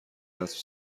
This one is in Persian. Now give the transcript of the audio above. اسب